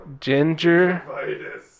Ginger